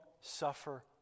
suffer